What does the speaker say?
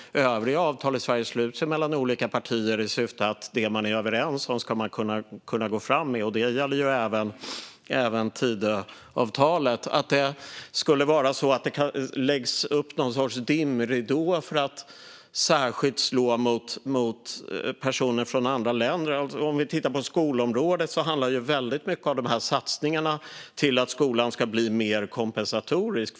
Övriga avtal i Sverige sluts ju mellan olika partier i syfte att de ska kunna gå fram med det som de är överens om. Detta gäller även Tidöavtalet. Det talas om att det skulle läggas upp någon sorts dimridå för att särskilt slå mot personer från andra länder. På skolområdet handlar ju väldigt mycket av satsningarna om att skolan ska bli mer kompensatorisk.